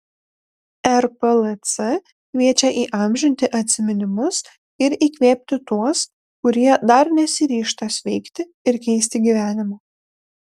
rplc kviečia įamžinti atsiminimus ir įkvėpti tuos kurie dar nesiryžta sveikti ir keisti gyvenimo